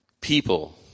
People